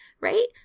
right